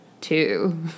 two